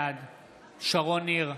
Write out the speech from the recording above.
בעד שרון ניר,